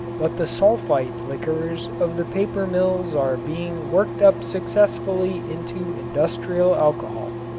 but the sulfite liquors of the paper mills are being worked up successfully into industrial alcohol.